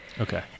Okay